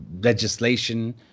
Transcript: legislation